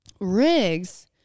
Riggs